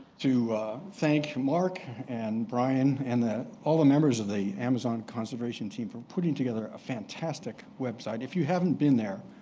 to thank mark and brian and all the members of the amazon conservation team for putting together a fantastic website. if you haven't been there,